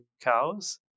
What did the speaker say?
cows